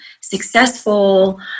successful